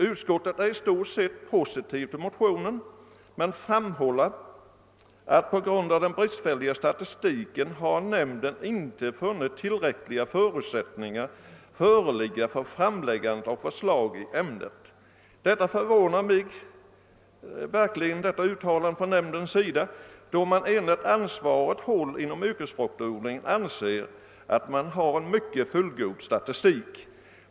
Utskottet är i stort sett positivt till motionen men framhåller att nämnden inte har funnit tillräckliga förutsättningar föreligga för framläggande av förslag i ämnet. Detta uttalande från nämndens sida förvånar mig verkligen då man på ansvarigt håll inom den yrkesmässiga fruktodlingen anser att man har en mycket fullgod statistik.